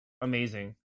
amazing